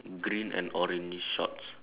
green and orange shorts